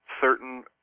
certain